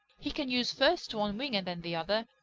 he can use first one wing and then the other,